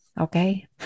okay